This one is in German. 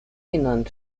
innern